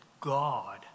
God